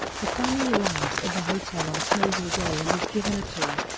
the family arrives at the hotel on closing day and is given a tour.